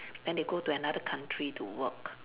then they go to another country to work